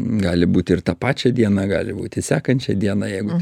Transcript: gali būti ir tą pačią dieną gali būti sekančią dieną jeigu